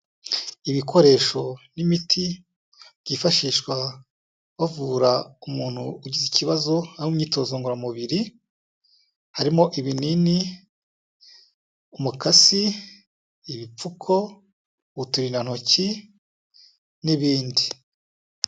Ibikoresho n'imiti byifashishwa bavura umuntu ugize ikibazo ari mu myitozo ngororamubiri, harimo ibinini, umukasi, ibipfuko, uturindantoki n'ibindi.